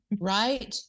right